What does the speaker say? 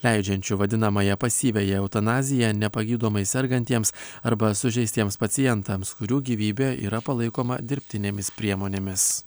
leidžiančių vadinamąją pasyviąją eutanaziją nepagydomai sergantiems arba sužeistiems pacientams kurių gyvybė yra palaikoma dirbtinėmis priemonėmis